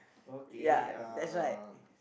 okay uh